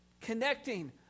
connecting